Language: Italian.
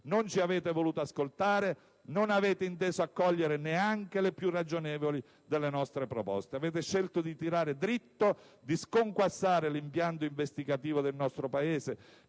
Non ci avete voluto ascoltare, non avete inteso accogliere neanche le più ragionevoli delle nostre proposte. Avete scelto di tirare dritto, di sconquassare l'impianto investigativo del nostro Paese,